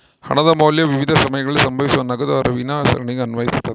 ಹಣದ ಮೌಲ್ಯ ವಿವಿಧ ಸಮಯಗಳಲ್ಲಿ ಸಂಭವಿಸುವ ನಗದು ಹರಿವಿನ ಸರಣಿಗೆ ಅನ್ವಯಿಸ್ತತೆ